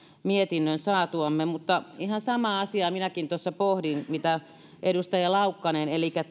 mietinnön saatuamme ihan samaa asiaa minäkin tuossa pohdin mitä edustaja laukkanen elikkä